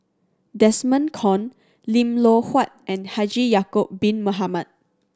Desmond Kon Lim Loh Huat and Haji Ya'acob Bin Mohamed